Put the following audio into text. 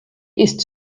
ist